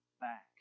back